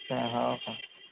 अच्छा हाव का